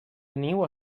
niu